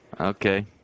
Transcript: Okay